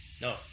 No